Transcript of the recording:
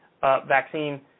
vaccine